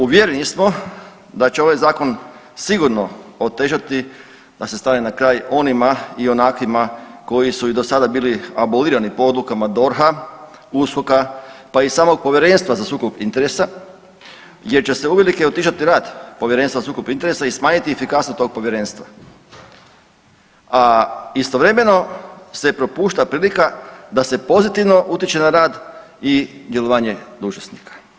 Uvjereni smo da će ovaj zakon sigurno otežati da se stane na kraj onima i onakvima koji su i do sada bili abolirani po odlukama DORH-a, USKOK-a, pa i samog Povjerenstva za sukob interesa jer će se uvelike otežati rad Povjerenstva za sukob interesa i smanjiti efikasnost tog povjerenstva, a istovremeno se propušta prilika da se pozitivno utječe na rad i djelovanje dužnosnika.